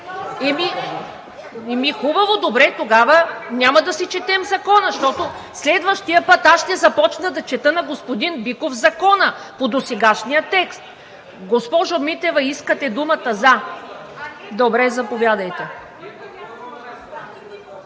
Ами хубаво, добре. Тогава няма да си четем закона, защото следващият път аз ще започна да чета на господин Биков закона по досегашния текст. Госпожо Митева, искате думата за? Заповядайте.